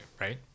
right